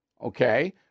okay